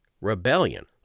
rebellion